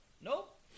Nope